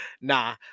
Nah